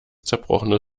zerbrochene